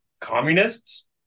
communists